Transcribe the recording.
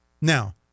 Now